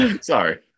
Sorry